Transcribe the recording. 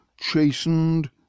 chastened